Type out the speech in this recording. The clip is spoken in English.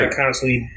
constantly